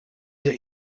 der